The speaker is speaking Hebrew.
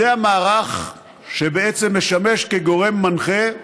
זה המערך שבעצם משמש כגורם מנחה,